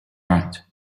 right